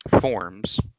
forms